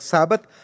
Sabbath